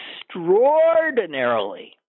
extraordinarily